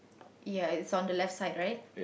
ya it's on the left side right